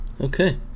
Okay